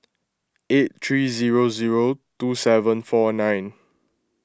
eight three zero zero two seven four nine